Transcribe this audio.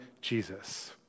Jesus